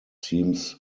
seems